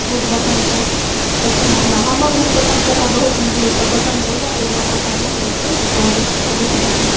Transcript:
hook button सब एहि सबमे हमरा हमर हुक बटम केलहा बहुत नीक लोककेँ पसन्द पड़ैए एहि दुआरेसँ हम जे छै से कए दए छिऐ हुक बटम